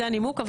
זה הנימוק.